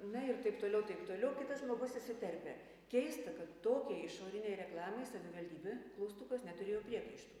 na ir taip toliau taip toliau kitas žmogus įsiterpia keista kad tokiai išorinei reklamai savivaldybė klaustukas neturėjo priekaištų